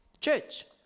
church